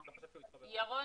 ירון